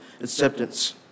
acceptance